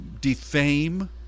defame